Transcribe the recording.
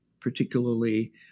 Particularly